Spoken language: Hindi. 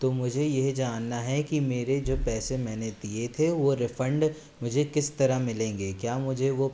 तो मुझे यह जानना है कि मेरे जो पैसे मैंने दिए थे वो रीफंड मुझे किस तरह मिलेंगे क्या मुझे वो